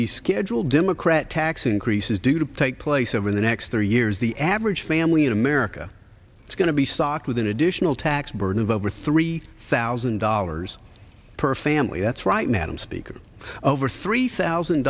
the schedule democrat tax increases due to take place over the next three years the average family in america is going to be socked with an additional tax burden of over three thousand dollars per family that's right madam speaker over three thousand